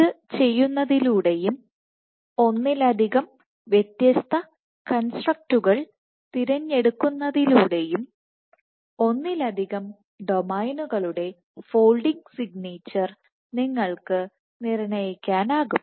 ഇത് ചെയ്യുന്നതിലൂടെയും ഒന്നിലധികം വ്യത്യസ്ത കൺസ്ട്രക്ക്ടസ് തിരഞ്ഞെടുക്കുന്നതിലൂടെയും ഒന്നിലധികം ഡൊമെയ്നുകളുടെ ഫോൾഡിങ് സിഗ്നേച്ചർ നിങ്ങൾക്ക് നിർണ്ണയിക്കാനാകും